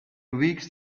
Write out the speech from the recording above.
weeks